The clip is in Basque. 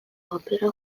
papera